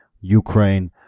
Ukraine